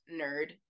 nerd